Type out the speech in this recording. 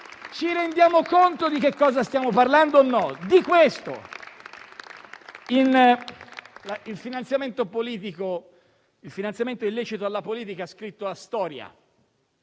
Ci rendiamo conto di cosa stiamo parlando, o no? Parliamo di questo. Il finanziamento illecito alla politica ha scritto la storia